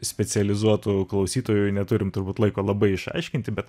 specializuotų klausytojui neturim turbūt laiko labai išaiškinti bet